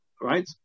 right